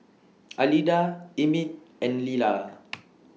Alida Emit and Lila